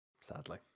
sadly